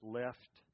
left